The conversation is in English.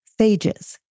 phages